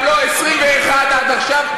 גם לא ב-21 עד עכשיו,